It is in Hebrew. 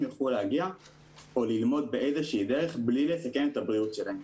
יוכלו להגיע או ללמוד באיזשהו דרך מבלי לסכן את הבריאות שלהם.